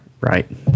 right